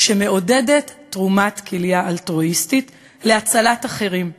שמעודדת תרומת כליה אלטרואיסטית להצלת אחרים.